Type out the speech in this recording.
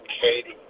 Katie